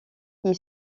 qu’il